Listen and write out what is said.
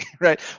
right